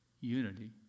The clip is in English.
unity